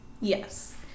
Yes